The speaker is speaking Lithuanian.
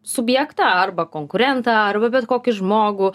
subjektą arba konkurentą arba bet kokį žmogų